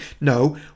no